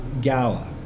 Gala